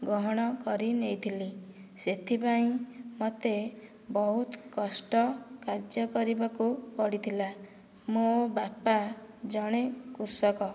ଗ୍ରହଣ କରିନେଇଥିଲି ସେଥିପାଇଁ ମୋତେ ବହୁତ କଷ୍ଟ କାର୍ଯ୍ୟ କରିବାକୁ ପଡ଼ିଥିଲା ମୋ ବାପା ଜଣେ କୃଷକ